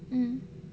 mm